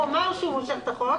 הוא אמר שהוא מושך את החוק.